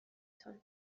تان